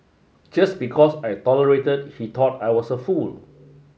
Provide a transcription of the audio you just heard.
just because I tolerated he thought I was a fool